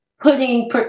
putting